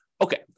Okay